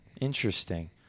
interesting